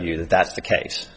you that that's the case